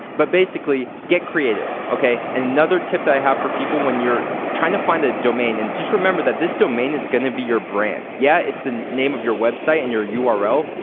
but basically get creative, okay? and another tip i have for people when you're trying to find a domain and just remember that this domain is gonna be your brand. yeah, it's the name of your website and your your url.